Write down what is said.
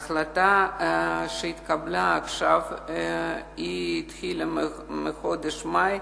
ההחלטה שהתקבלה עכשיו התחילה בחודש מאי,